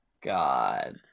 God